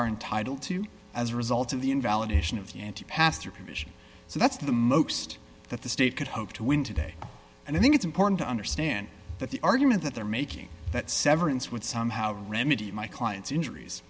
are entitled to as a result of the invalidation of the anti pastor provision so that's the most that the state could hope to win today and i think it's important to understand that the argument that they're making that severance would somehow remedy my client's injuries